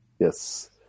Yes